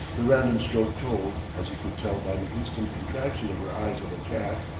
the random stroke told, as he could tell by the instant contraction of her eyes of a cat.